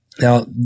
Now